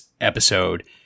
episode